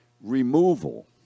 removal